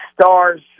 stars